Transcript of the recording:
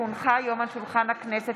כי הונחו היום על שולחן הכנסת,